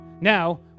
now